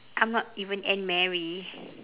I'm not even anne marie